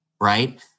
right